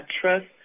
trust